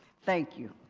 thank you.